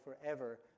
forever